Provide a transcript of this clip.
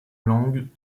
langues